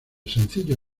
sencillo